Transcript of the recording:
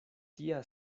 tia